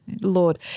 Lord